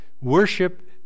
Worship